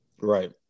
Right